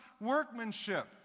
workmanship